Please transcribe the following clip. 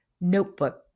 notebook